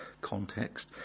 context